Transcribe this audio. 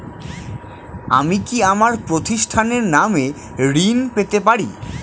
আমি কি আমার প্রতিষ্ঠানের নামে ঋণ পেতে পারি?